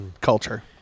culture